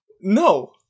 No